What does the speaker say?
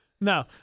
No